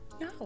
No